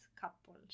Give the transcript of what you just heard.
couple